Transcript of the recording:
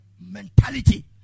mentality